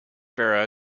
vera